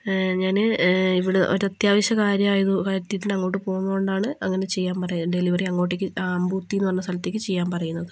ഞാന് ഇവിടെ ഒരു അത്യാവശ്യകാര്യം ആയത് അത്യാവശ്യകാര്യത്തിന് അങ്ങോട്ട് പോണത് കൊണ്ടാണ് അങ്ങനെ ചെയ്യാൻ പറയുക ഡെലിവറി അങ്ങോട്ടേയ്ക്ക് ആ അംബൂത്തിന്നു പറഞ്ഞ സ്ഥലത്തേക്ക് ചെയ്യാൻ പറയുന്നത്